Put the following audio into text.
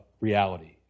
reality